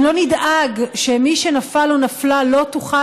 אם לא נדאג שמי שנפל או נפלה לא תוכל,